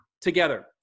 together